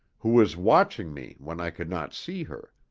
who was watching me when i could not see her.